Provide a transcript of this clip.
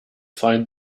find